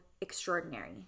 extraordinary